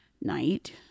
night